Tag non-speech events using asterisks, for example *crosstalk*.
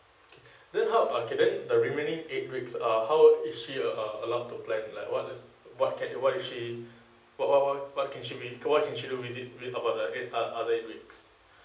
*breath* then how about okay then the remaining eight weeks uh how is she uh allowed to plan like what is what can what if she *breath* what what what what can she make what can she do with it about the eight o~ other eight weeks *breath*